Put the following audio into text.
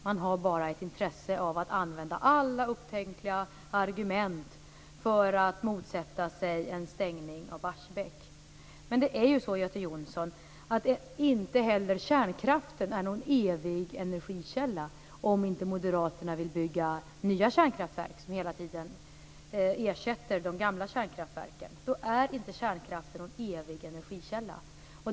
Man har bara ett intresse av att använda alla upptänkliga argument för att motsätta sig en stängning av Barsebäck. Men det är ju så, Göte Jonsson, att inte heller kärnkraften är någon evig energikälla. Såvida Moderaterna inte vill bygga nya kärnkraftverk för att ersätta de gamla kärnkraften, är inte kärnkraften någon energikälla.